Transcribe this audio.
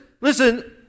listen